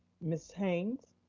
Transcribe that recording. ms. haynes.